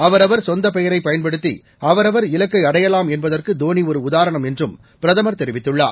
அவரவர் சொந்த பெயரை பயன்படுத்தி அவரவர் இலக்கை அடையலாம் என்பதற்கு தோனி ஒரு உதாரணம் என்றும் பிரதமர் தெரிவித்துள்ளார்